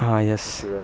(uh huh) yes